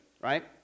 right